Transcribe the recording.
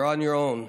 you’re on your own,